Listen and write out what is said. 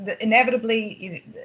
inevitably